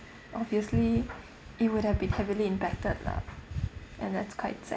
obviously it would have been heavily impacted lah and that's quite sad